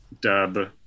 dub